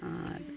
ᱟᱨ